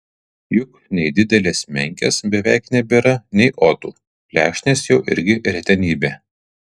juk nei didelės menkės beveik nebėra nei otų plekšnės jau irgi retenybė